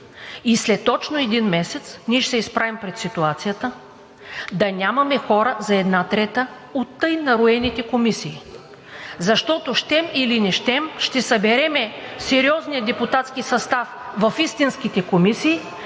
След точно един месец ние ще се изправим пред ситуацията да нямаме хора за една трета от тъй нароените комисии. Защото, щем или не щем, ще съберем сериозния депутатски състав в истинските комисии